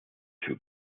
two